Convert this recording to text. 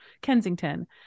Kensington